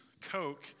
Coke